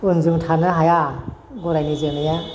उनजों थानो हाया गरायनि जोनाया